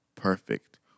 perfect